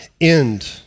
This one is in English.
end